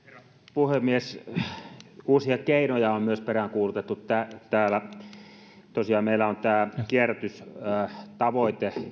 puhemies täällä on peräänkuulutettu myös uusia keinoja tosiaan meillä tämä kierrätystavoite